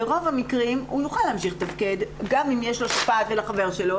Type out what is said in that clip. ברוב המקרים הוא יוכל להמשיך לתפקד גם אם יש לו שפעת ולחבר שלו.